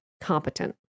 competent